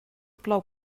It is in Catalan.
plou